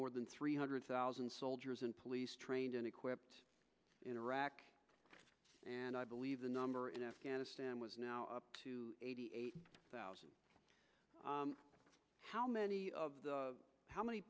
more than three hundred thousand soldiers and police trained and equipped in iraq and i believe the number in afghanistan was now up to eighty eight thousand how many of the how many